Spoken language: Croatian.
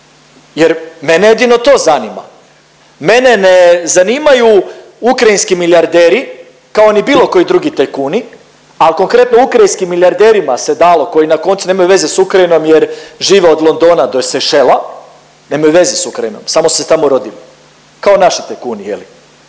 Jer mene jedino to zanima, mene ne zanimaju ukrajinski milijarderi kao ni bilo koji drugi tajkuni, ali konkretno ukrajinskim milijarderima se dalo koji na koncu nemaju veze s Ukrajinom jer žive od Londona do Sejšela nemaju veze s Ukrajinom samo su se tamo rodili, kao naši tajkuni koji